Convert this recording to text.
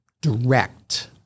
direct